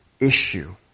issue